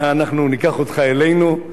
אנחנו ניקח אותך אלינו.